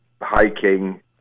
hiking